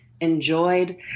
enjoyed